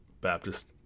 Baptist